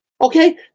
Okay